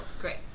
Great